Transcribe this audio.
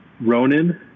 Ronan